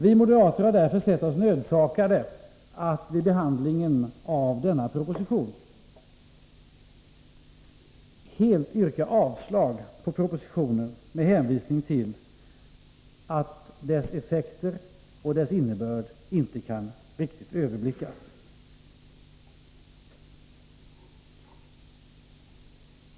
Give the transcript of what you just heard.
Vi moderater har därför sett oss nödsakade att vid behandlingen av denna proposition helt yrka avslag på propositionen, med hänvisning till att dess effekter och dess innebörd inte riktigt kan överblickas.